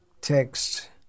text